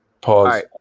Pause